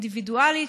אינדיבידואלית,